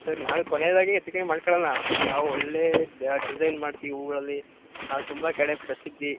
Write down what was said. ಸರಿ ನಾವೇ ಕೊನೇದಾಗಿ ಹೆಚ್ಚು ಕಮ್ಮಿ ಮಾಡ್ಕೊಳಣ ನಾವು ಒಳ್ಳೇ ದ ಡಿಸೈನ್ ಮಾಡ್ತೀವಿ ಹೂವುಗಳಲ್ಲಿ ನಾವು ತುಂಬ ಕಡೆ ಪ್ರಸಿದ್ದಿ